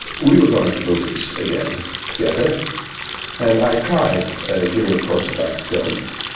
we were going to movies again together and i tried giving a course about films.